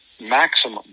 maximum